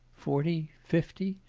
forty. fifty?